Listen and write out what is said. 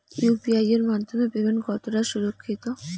UPI এর মাধ্যমে payment কতটা সুরক্ষিত?